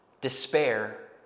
despair